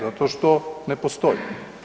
Zato što ne postoji.